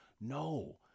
No